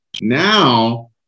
Now